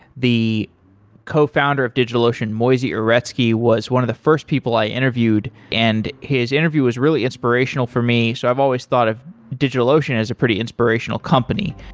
the cofounder of digitalocean, moisey uretsky, was one of the first people i interviewed, and his interview was really inspirational for me. so i've always thought of digitalocean as a pretty inspirational company.